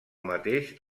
mateix